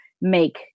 make